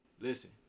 listen